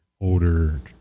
older